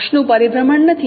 અક્ષનું પરિભ્રમણ નથી